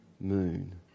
moon